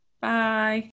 Bye